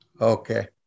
Okay